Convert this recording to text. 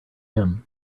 him